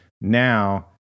now